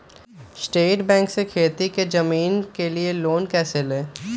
State bank से खेती की जमीन के लिए कैसे लोन ले?